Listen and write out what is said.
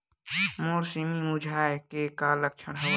मोर सेमी मुरझाये के का लक्षण हवय?